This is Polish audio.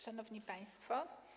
Szanowni Państwo!